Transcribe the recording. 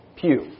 pew